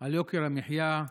על יוקר המחיה,